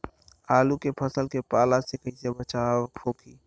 आलू के फसल के पाला से कइसे बचाव होखि?